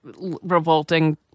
Revolting